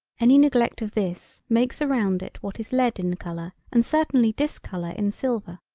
any neglect of this makes around it what is lead in color and certainly discolor in silver.